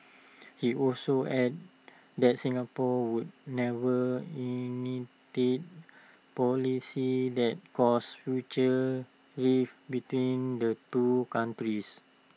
he also added that Singapore would never initiate policies that cause future rift between the two countries